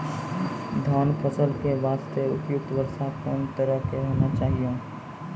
धान फसल के बास्ते उपयुक्त वर्षा कोन तरह के होना चाहियो?